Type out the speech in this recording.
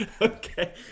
okay